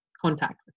contact